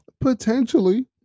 Potentially